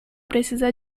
precisa